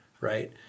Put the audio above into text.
right